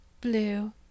blue